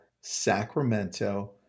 Sacramento